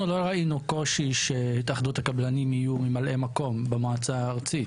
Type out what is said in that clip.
לא ראינו קושי שהתאחדות הקבלנים יהיו ממלאי מקום במועצה הארצית,